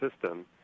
system